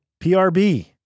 PRB